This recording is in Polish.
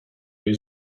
jej